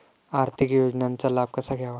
आर्थिक योजनांचा लाभ कसा घ्यावा?